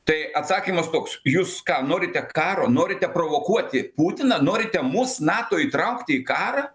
tai atsakymas toks jūs ką norite karo norite provokuoti putiną norite mus nato įtraukti į karą